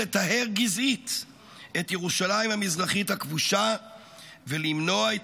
לטהר גזעית את ירושלים המזרחית הכבושה ולמנוע את